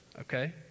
Okay